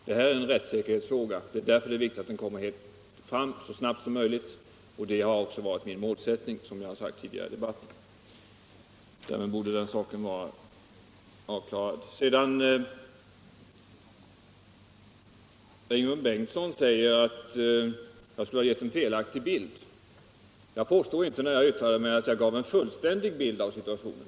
Det här är en rättssäkerhetsfråga, och därför är det viktigt att propositionen kommer så snabbt som möjligt. Som jag redan sagt, har det också varit min målsättning. Därmed borde den saken vara avklarad. Herr Ingemund Bengtsson säger att jag skulle ha givit en felaktig bild. Jag påstod inte att jag gav en fullständig bild av situationen.